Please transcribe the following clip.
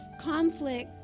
conflict